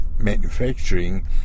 manufacturing